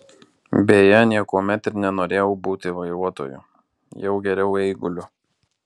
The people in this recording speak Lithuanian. beje niekuomet ir nenorėjau būti vairuotoju jau geriau eiguliu